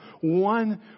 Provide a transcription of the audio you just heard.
one